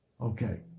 Okay